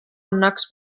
annaks